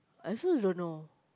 I also don't know